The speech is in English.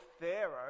Pharaoh